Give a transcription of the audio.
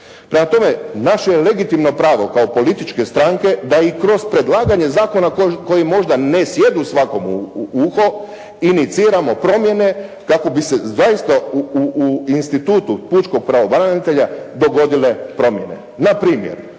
Prema tome, naše je legitimno pravo kao političke stranke da i kroz predlaganje zakona koji možda ne sjednu svakome u uho iniciramo promjene kako bi se zaista u institutu pučkog pravobranitelja dogodile promjene.